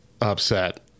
upset